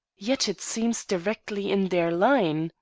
yet it seems directly in their line,